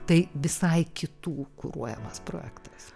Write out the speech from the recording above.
tai visai kitų kuruojamas projektas